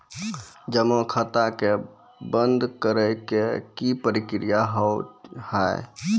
जमा खाता के बंद करे के की प्रक्रिया हाव हाय?